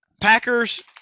Packers